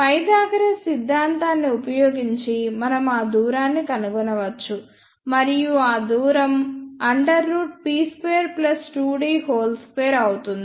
Pythagoras సిద్ధాంతాన్ని ఉపయోగించి మనం ఆ దూరాన్ని కనుగొనవచ్చు మరియు ఆ దూరం P22d2 అవుతుంది